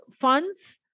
funds